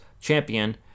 champion